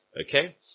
Okay